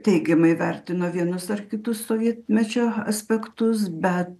teigiamai vertino vienus ar kitus sovietmečio aspektus bet